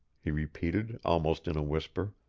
he repeated almost in a whisper,